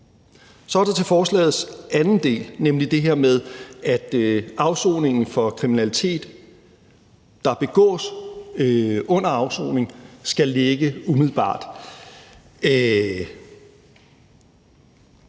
Så er der forslagets anden del, nemlig det her med, at afsoningen for kriminalitet, der begås under afsoning, skal ligge umiddelbart